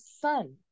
son